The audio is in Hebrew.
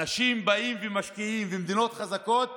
אנשים באים ומשקיעים במדינות חזקות